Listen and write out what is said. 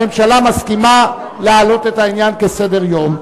הממשלה מסכימה להעלות את העניין כהצעה לסדר-יום.